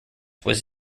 was